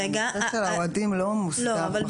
אבל הנושא של האוהדים לא מוסדר בחוק.